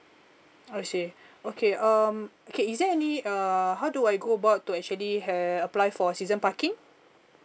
I see okay um okay is there any err how do I go about to actually uh apply for season parking